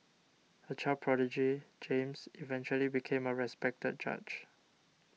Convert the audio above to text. a child prodigy James eventually became a respected judge